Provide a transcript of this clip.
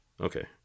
Okay